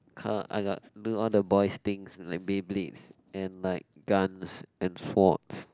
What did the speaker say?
I got do all the boys' things like Beyblades and like guns and forts